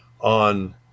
on